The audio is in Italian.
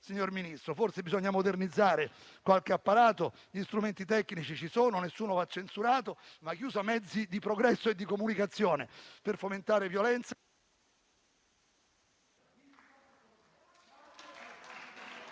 signor Ministro. Forse bisogna modernizzare qualche apparato; gli strumenti tecnici ci sono e nessuno va censurato, ma chi usa mezzi di progresso e di comunicazione per fomentare la violenza...